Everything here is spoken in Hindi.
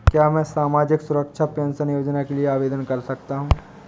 क्या मैं सामाजिक सुरक्षा पेंशन योजना के लिए आवेदन कर सकता हूँ?